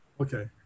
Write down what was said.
Okay